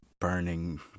burning